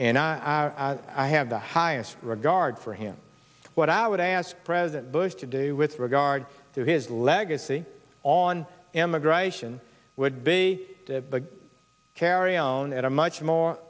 and i i have the highest regard for him what i would ask president bush to do with regard to his legacy on immigration would be a kerio net a much more